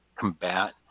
combat